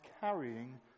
carrying